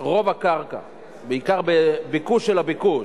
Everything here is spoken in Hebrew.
רוב הקרקע, בעיקר ביקוש של הביקוש,